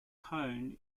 hone